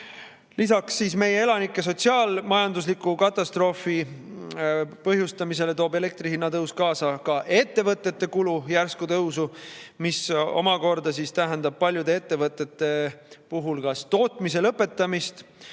Energia. Lisaks meie elanike sotsiaal-majandusliku katastroofi põhjustamisele toob elektri hinna tõus kaasa ka ettevõtete kulu järsu tõusu. See tähendab paljude ettevõtete puhul kas tootmise lõpetamist